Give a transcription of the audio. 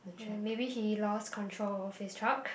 and maybe he lost control of his truck